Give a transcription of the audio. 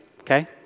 okay